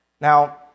Now